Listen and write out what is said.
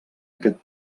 aquest